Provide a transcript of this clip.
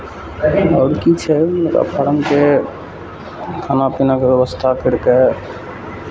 आओर की छै मुरगा फारमके खाना पीनाके व्यवस्था करि कऽ